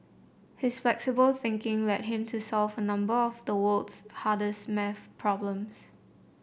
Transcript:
his flexible thinking led him to solve a number of the world's hardest maths problems